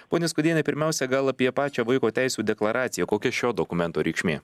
ponia skuodiene pirmiausia gal apie pačią vaiko teisių deklaraciją kokia šio dokumento reikšmė